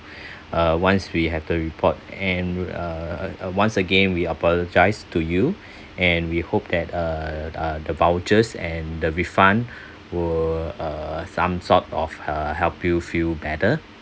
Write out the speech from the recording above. uh once we have the report and uh uh uh once again we apologise to you and we hope that uh uh the vouchers and the refund will uh some sort of uh help you feel better